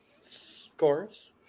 Scores